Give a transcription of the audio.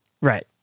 right